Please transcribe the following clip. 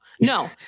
no